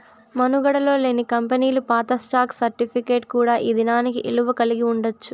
మనుగడలో లేని కంపెనీలు పాత స్టాక్ సర్టిఫికేట్ కూడా ఈ దినానికి ఇలువ కలిగి ఉండచ్చు